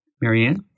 Marianne